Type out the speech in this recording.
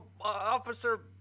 officer